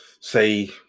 say